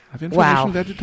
Wow